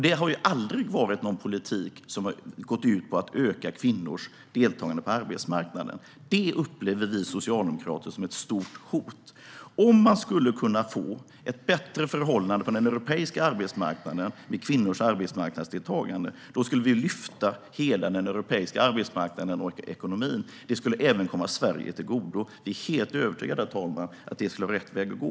Det har aldrig varit en politik som har gått ut på att öka kvinnors deltagande på arbetsmarknaden. Det upplever vi socialdemokrater som ett stort hot. Om man skulle kunna få ett bättre förhållande på den europeiska arbetsmarknaden när det gäller kvinnors arbetsmarknadsdeltagande skulle vi lyfta hela den europeiska arbetsmarknaden och ekonomin. Det skulle även komma Sverige till godo. Jag är helt övertygad om att det skulle vara rätt väg att gå.